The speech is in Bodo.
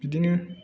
बिदिनो